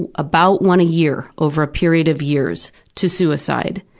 and about one a year over a period of years, to suicide,